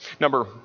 Number